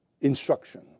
instruction